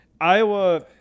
Iowa